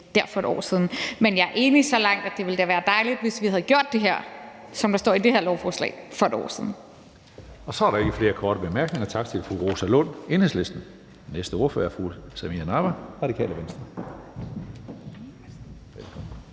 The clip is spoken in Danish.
for et år siden. Men jeg er enig så langt, at det da ville være dejligt, hvis vi havde gjort det, der står i det her lovforslag, for et år siden. Kl. 18:33 Tredje næstformand (Karsten Hønge): Så er der ikke flere korte bemærkninger. Tak til fru Rosa Lund, Enhedslisten. Næste ordfører er fru Samira Nawa, Radikale Venstre.